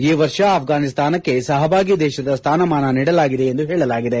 ಈ ವರ್ಷ ಆಫ್ಗಾನಿಸ್ತಾನಕ್ಕೆ ಸಹಭಾಗಿ ದೇಶದ ಸ್ಥಾನಮಾನ ನೀಡಲಾಗಿದೆ ಎಂದು ಹೇಳಲಾಗಿದೆ